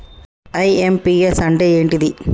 IMPS అంటే ఏంటిది?